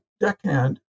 deckhand